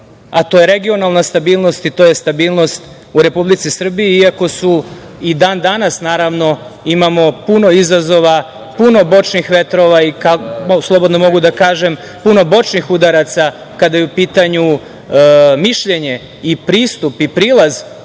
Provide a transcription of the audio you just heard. a to je regionalna stabilnost i to je stabilnost u Republici Srbiji, iako i dan-danas, naravno, imamo puno izazova, puno bočnih vetrova i slobodno mogu da kažem puno bočnih udaraca kada je u pitanju mišljenje i pristup i prilaz